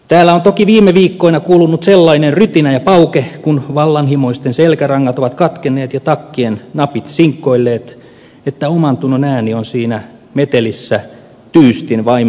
täällä on toki viime viikkoina kuulunut sellainen rytinä ja pauke kun vallanhimoisten selkärangat ovat katkenneet ja takkien napit sinkoilleet että omantunnon ääni on siinä metelissä tyystin vaimentunut